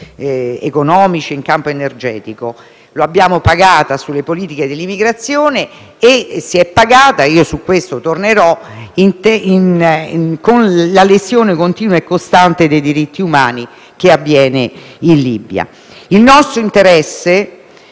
economici in campo energetico - sulle politiche dell'immigrazione e - su questo tornerò - con la lesione continua e costante dei diritti umani che avviene in Libia. Il nostro interesse,